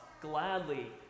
gladly